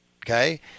Okay